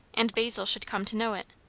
and basil should come to know it?